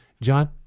John